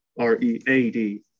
R-E-A-D